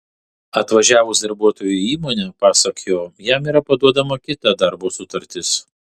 atvažiavus darbuotojui į įmonę pasak jo jam yra paduodama kita darbo sutartis